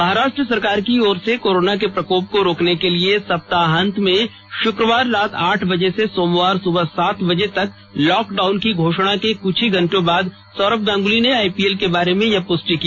महाराष्ट्र सरकार की ओर से कोरोना के प्रकोप को रोकने के लिए सप्ताहांत में शुक्रवार रात आठ बजे से सोमवार सुबह सात बजे तक लॉकडाउन की घोषणा के कुछ ही घंटों बाद सौरभ गांगुली ने आईपीएल के बारे में यह पुष्टि की